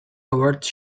towards